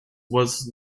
was